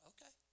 Okay